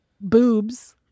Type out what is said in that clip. boobs